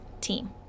team